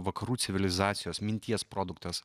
vakarų civilizacijos minties produktas